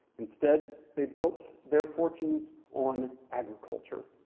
instead, they built their fortunes on agriculture,